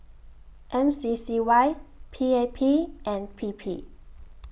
M C C Y P A P and P P